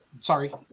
Sorry